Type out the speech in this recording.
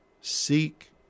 Seek